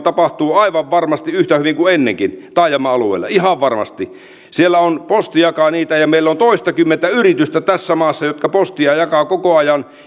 tapahtuu aivan varmasti yhtä hyvin kuin ennenkin ihan varmasti siellä posti jakaa niitä ja meillä on toistakymmentä yritystä tässä maassa jotka postia jakavat koko ajan